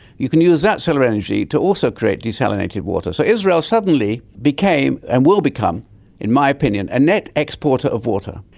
you can use that solar energy to also create desalinated water. so israel suddenly became and will become in my opinion a net exporter of water.